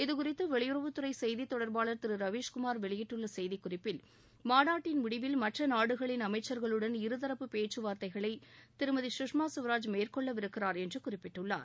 இது குறித்து வெளியுறவுத்துறை செய்தித் தொடர்பாளர் திரு ரவீஸ் குமார் வெளியிட்டுள்ள செய்திக் குறிப்பில் மாநாட்டின் முடிவில் மற்ற நாடுகளின் அமைச்சர்களுடன் இருதரப்பு பேச்சுவார்த்தைகளை திருமதி சுஷ்மா சுவராஜ் மேற்கொள்ளவிருக்கிறார் என்று குறிப்பிட்டுள்ளார்